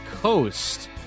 Coast